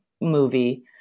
movie